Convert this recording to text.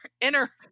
inner